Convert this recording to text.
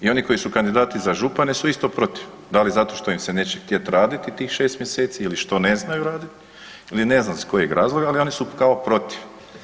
I oni koji su kandidati za župane su isto protiv, da li zato što im se neće htjeti raditi tih 6 mjeseci ili što ne znaju raditi ili ne znam iz kojeg razloga ali oni su kao protiv.